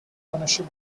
ownership